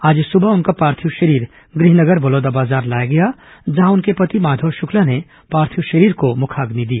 आज सुबह उनका पार्थिव शरीर गृहनगर बलौदाबाजार लाया गया जहां उनके पति माधव शुक्ला ने पार्थिव शरीर को मुखाग्नि दी